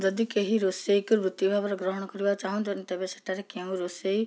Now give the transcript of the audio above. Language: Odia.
ଯଦି କେହି ରୋଷେଇକୁ ବୃତ୍ତି ଭାବରେ ଗ୍ରହଣ କରିବାକୁ ଚାହୁଁଛନ୍ତି ତେବେ ସେଠାରେ କେଉଁ ରୋଷେଇ